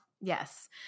Yes